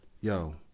Yo